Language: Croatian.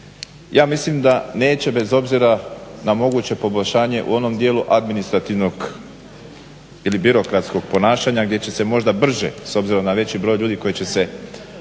Ja mislim da neće bez obzira na moguće poboljšanje u onom dijelu administrativnog ili birokratskog ponašanja gdje će se možda brže s obzirom na veći broj ljudi koji će se